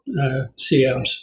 cms